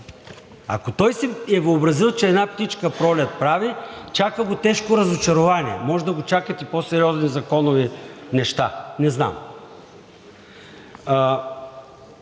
Ако той си е въобразил, че една птичка пролет прави, чака го тежко разочарование. Може да го чакат и по-сериозни законови неща, не знам.